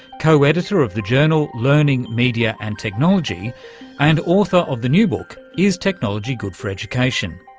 co-editor of the journal learning, media and technology and author of the new book is technology good for education?